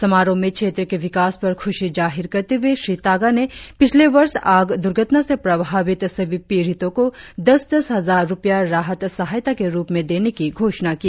समारोह में क्षेत्र के विकास पर खुशी जाहिर करते हुए श्री तागा ने पिछले वर्ष आग दुर्घटना से प्रभावित सभी पीड़ितों को दस दस हजार रुपया राहत सहायता के रुप में देने की घोषणा की